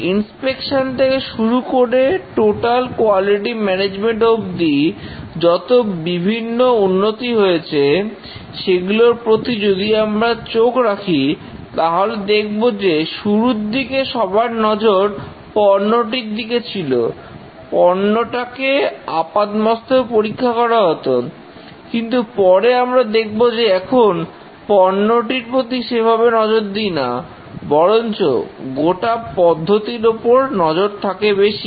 inspection থেকে শুরু করে টোটাল কোয়ালিটি ম্যানেজমেন্ট অব্দি যত বিভিন্ন উন্নতি হয়েছে সেগুলোর প্রতি যদি আমরা চোখ রাখি তাহলে দেখবো যে শুরুর দিকে সবার নজর পণ্যটির দিকে ছিল পণ্যটাকে আপাদমস্তক পরীক্ষা করা হতো কিন্তু পরে আমরা দেখব যে আমরা এখন পণ্যটির প্রতি সেভাবে নজর দিনা বরঞ্চ গোটা পদ্ধতির ওপর নজর থাকে বেশি